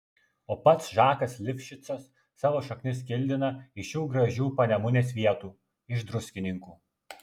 o pats žakas lifšicas savo šaknis kildina iš šių gražių panemunės vietų iš druskininkų